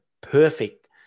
perfect